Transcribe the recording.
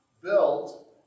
built